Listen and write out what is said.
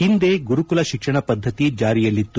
ಹಿಂದೆ ಗುರುಕುಲ ಶಿಕ್ಷಣ ಪಧ್ಯತಿ ಜಾರಿಯಲ್ಲಿತ್ತು